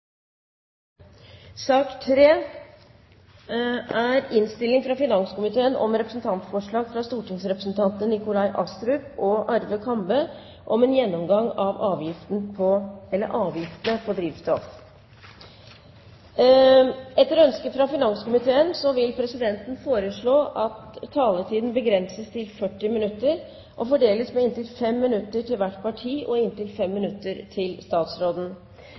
sak nr. 2. Etter ønske fra finanskomiteen vil presidenten foreslå at taletiden begrenses til 40 minutter og fordeles med inntil 5 minutter til hvert parti og inntil 5 minutter til statsråden.